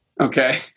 Okay